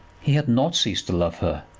he had not ceased to love her,